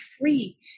free